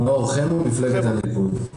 מאור חמו, מפלגת הליכוד.